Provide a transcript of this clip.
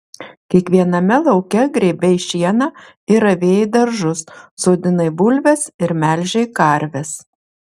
kiekviename lauke grėbei šieną ir ravėjai daržus sodinai bulves ir melžei karves